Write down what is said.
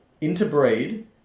interbreed